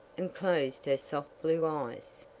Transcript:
and closed her soft blue eyes.